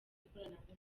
ikoranabuhanga